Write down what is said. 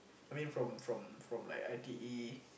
I mean from from from like I_T_E